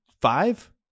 five